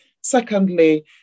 Secondly